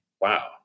Wow